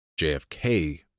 JFK